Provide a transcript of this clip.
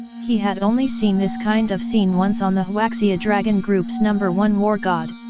he had only seen this kind of scene once on the huaxia dragon group's number one war god,